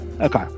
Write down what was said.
Okay